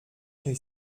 qué